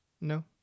No